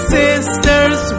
sisters